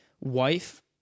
wife